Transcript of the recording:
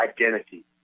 identity